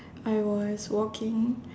I was walking